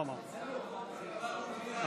לא, לא, לא.